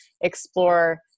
explore